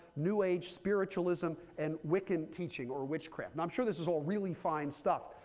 new age spiritualism, and wiccan teaching or witchcraft. and i'm sure this is all really fine stuff,